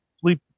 sleep